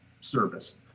service